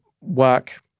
work